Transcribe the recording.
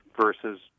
versus